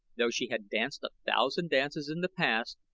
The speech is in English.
though she had danced a thousand dances in the past,